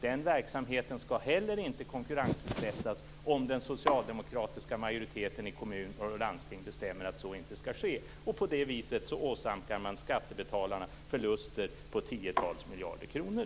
Den verksamheten skall heller inte konkurrensutsättas om den socialdemokratiska majoriteten i kommuner och landsting bestämmer att så inte skall ske. På det viset åsamkar man skattebetalarna förluster på tiotals miljarder kronor.